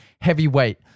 heavyweight